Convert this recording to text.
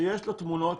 שיש לו תמונות,